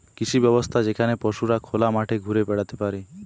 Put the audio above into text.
কৃষি ব্যবস্থা যেখানে পশুরা খোলা মাঠে ঘুরে বেড়াতে পারে